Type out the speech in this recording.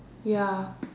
ya